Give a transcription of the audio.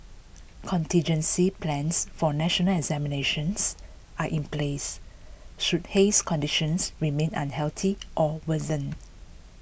contingency plans for national examinations are in place should haze conditions remain unhealthy or worsen